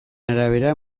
arabera